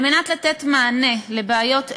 על מנת לתת מענה לבעיות אלו,